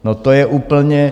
No to je úplně...